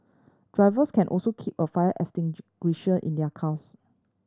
drivers can also keep a fire extinguisher in their cars